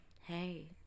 Hey